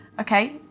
okay